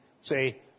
Say